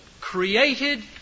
created